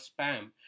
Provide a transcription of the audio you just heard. spam